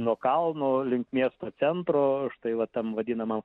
nuo kalno link miesto centro štai va tam vadinamam